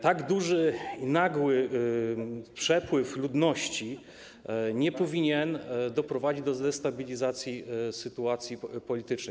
Tak duży i nagły przepływ ludności nie powinien doprowadzić do destabilizacji sytuacji politycznej.